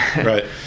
Right